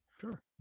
Sure